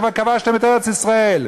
שכבשתם את ארץ-ישראל.